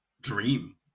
dream